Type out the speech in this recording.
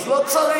אז לא צריך,